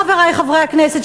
חברי חברי הכנסת,